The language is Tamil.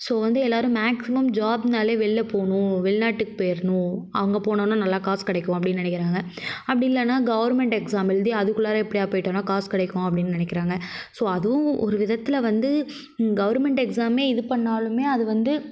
ஸோ வந்து எல்லாேரும் மேக்ஸிமம் ஜாப்னாலே வெளியில் போகணும் வெளிநாட்டு போயிடணும் அங்கே போனோனால் நல்ல காசு கிடைக்கும் அப்படின் நினக்கிறாங்க அப்படி இல்லைனா கவுர்மெண்ட் எக்ஸாம் எழுதி அதுக்குள்ளார எப்படியாது போயிட்டோனால் காசு கிடைக்கும் அப்படின்னு நினைக்கிறாங்க ஸோ அதுவும் ஒரு விதத்தில் வந்து கவுர்மெண்ட் எக்ஸாமே இது பண்ணாலுமே அது வந்து